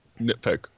nitpick